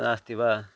नास्ति वा